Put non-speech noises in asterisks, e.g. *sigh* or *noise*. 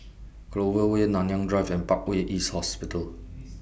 Clover Way Nanyang Drive and Parkway East Hospital *noise*